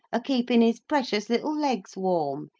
a keepin his precious little legs warm.